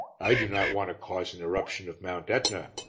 i do not want to cause an eruption of mount etna,